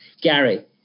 Gary